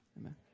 Amen